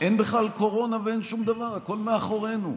אין בכלל קורונה ואין שום דבר, הכול מאחורינו.